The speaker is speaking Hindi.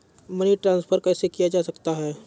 मनी ट्रांसफर कैसे किया जा सकता है?